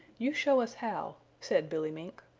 you show us how, said billy mink.